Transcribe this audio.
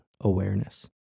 awareness